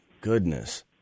goodness